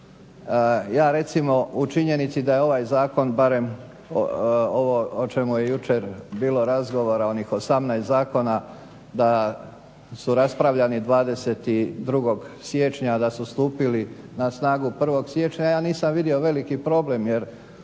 Ja recimo u činjenici da je ovaj zakon barem o čemu je jučer bilo razgovora onih 18 zakona da su raspravljani 22.siječnja, da su stupili na snagu 1.siječnja ja nisam vidio veliki problem jer